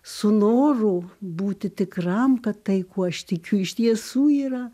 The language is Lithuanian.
su noru būti tikram kad tai kuo aš tikiu iš tiesų yra